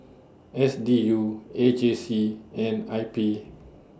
S D U A J C and I P